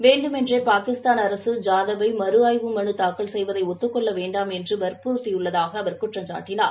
வேண்டுமென்றே பாகிஸ்தான் அரசு ஜாதவ் ஐ மறு ஆய்வு மனு தாக்கல் செய்வதை ஒத்துக்கொள்ளவேண்டாம் என்று வற்புறுத்தியுள்ளதாக அவர் குற்றம் சாட்டினார்